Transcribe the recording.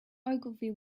ogilvy